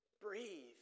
Breathe